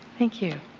thank you.